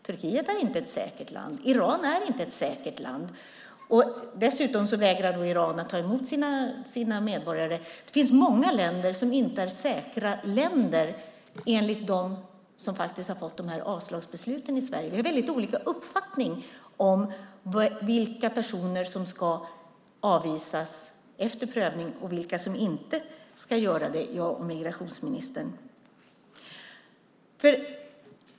Turkiet är inte ett säkert land. Iran är inte ett säkert land. Dessutom vägrar Iran att ta emot sina medborgare. Det finns många länder som inte är säkra länder enligt dem som har fått de här avslagsbesluten i Sverige. Jag och migrationsministern har väldigt olika uppfattning om vilka personer som ska avvisas efter prövning och vilka som inte ska göra det.